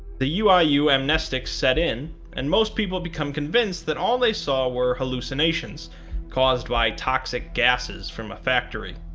the uiu ah uiu amnestics set in, and most people become convinced that all they saw were hallucinations caused by toxic gases from a factory.